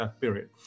period